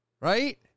right